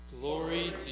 Glory